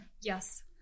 Yes